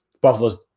Buffalo's